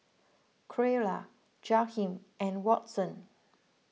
Creola Jaheem and Watson